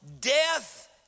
death